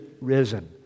risen